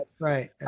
right